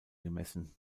gemessen